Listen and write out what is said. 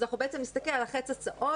אז אנחנו בעצם נסתכל על החץ הצהוב,